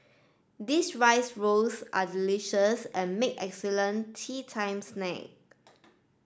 these rice rolls are delicious and make excellent teatime snack